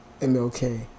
MLK